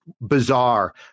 bizarre